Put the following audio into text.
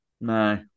no